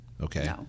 Okay